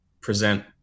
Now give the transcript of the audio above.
present